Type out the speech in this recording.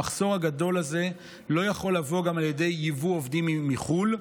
המחסור הגדול הזה לא יכול לבוא גם על ידי יבוא עובדים מחו"ל,